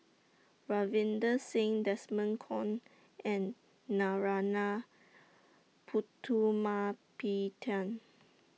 Ravinder Singh Desmond Kon and Narana Putumaippittan